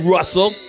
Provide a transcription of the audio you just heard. Russell